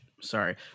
Sorry